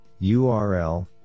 url